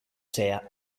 say